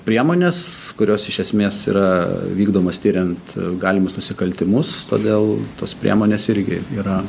priemonės kurios iš esmės yra vykdomos tiriant galimus nusikaltimus todėl tos priemonės irgi yra